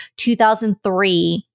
2003